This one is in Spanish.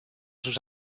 sus